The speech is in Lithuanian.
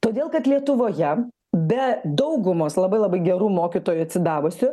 todėl kad lietuvoje be daugumos labai labai gerų mokytojų atsidavusių